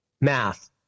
math